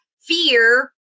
fear